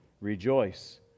Rejoice